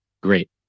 Great